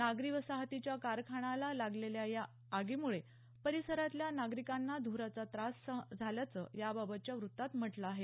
नागरी वसाहतीतल्या कारखान्याला लागलेल्या या आगीमुळे परिसरातल्या नागरिकांना ध्राचा त्रास झाल्याचं याबाबतच्या वृत्तात म्हटलं आहे